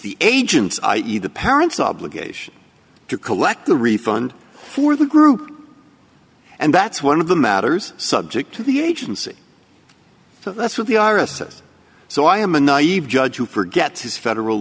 the agents i e the parents obligation to collect the refund for the group and that's one of the matters subject to the agency so that's what the r s s so i am a naive judge who forgets his federal